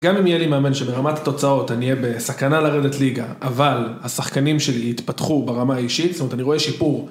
גם אם יהיה לי מאמן שברמת התוצאות אני אהיה בסכנה לרדת ליגה, אבל השחקנים שלי יתפתחו ברמה האישית, זאת אומרת אני רואה שיפור.